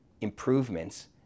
improvements